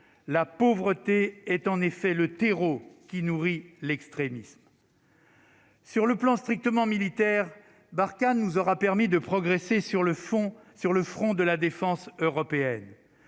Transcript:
la pauvreté est en effet le terreau qui nourrit l'extrémisme. Sur le plan strictement militaire Barkhane nous aura permis de progresser sur le fond, sur le front de la défense européenne,